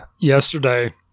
Yesterday